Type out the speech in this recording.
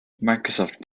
microsoft